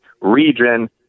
region